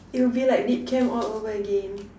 it will be like lit camp all over again